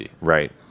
Right